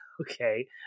okay